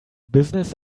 business